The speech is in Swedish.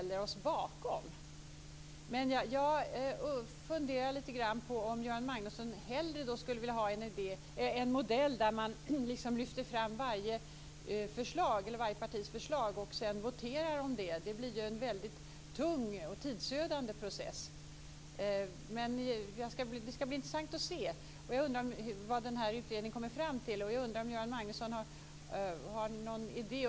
Jag funderar lite grann över om Göran Magnusson hellre skulle vilja ha en modell där man lyfter fram varje partis förslag och sedan voterar om det. Det skulle ju bli en väldigt tung och tidsödande process, men det vore intressant att höra. Jag undrar vad utredningen kommer fram till och om Göran Magnusson har någon idé.